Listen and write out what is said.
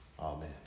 Amen